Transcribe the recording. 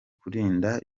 kurinda